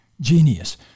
genius